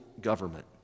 government